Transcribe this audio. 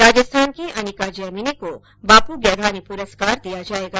राजस्थान की अनिका जैमिनी को बॉपू गैधानी पुरस्कार दिया जायेगा